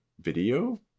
video